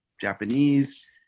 Japanese